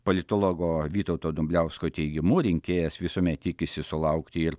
politologo vytauto dumbliausko teigimu rinkėjas visuomet tikisi sulaukti ir